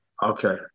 Okay